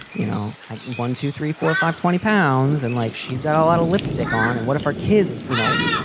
you know. one, two, three, four, five, twenty pounds. and like, she's got a lot of lipstick on. and what if our kids, you know,